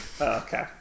Okay